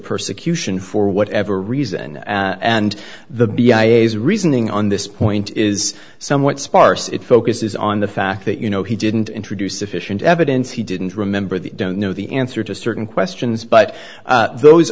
persecution for whatever reason and the b a s reasoning on this point is somewhat sparse it focuses on the fact that you know he didn't introduce sufficient evidence he didn't remember the don't know the answer to certain questions but those